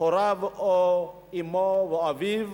הוריו או אמו או אביו,